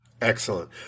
Excellent